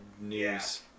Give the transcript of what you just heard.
news